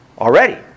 already